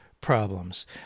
problems